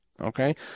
Okay